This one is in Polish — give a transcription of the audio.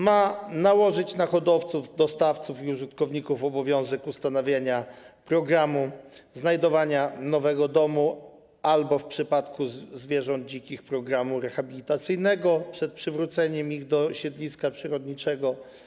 Ma też nałożyć na hodowców, dostawców i użytkowników obowiązek ustanowienia programu znajdowania nowego domu, albo w przypadku zwierząt dzikich - programu rehabilitacyjnego przez przywrócenie ich do siedliska przyrodniczego.